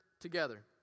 together